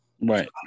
right